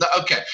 Okay